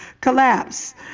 collapse